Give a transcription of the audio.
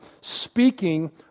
speaking